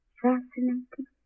fascinating